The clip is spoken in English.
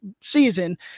season